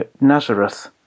Nazareth